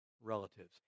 relatives